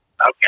Okay